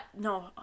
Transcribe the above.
No